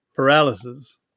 paralysis